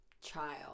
Child